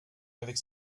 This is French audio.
avec